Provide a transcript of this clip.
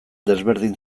desberdin